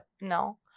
No